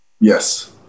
Yes